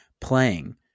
playing